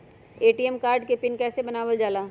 ATM card के PIN कैसे बनावल जाला?